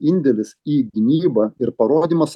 indėlis į gynybą ir parodymas